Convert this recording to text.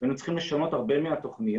היינו צריכים לשנות הרבה מהתוכניות